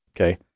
Okay